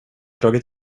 dragit